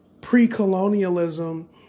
pre-colonialism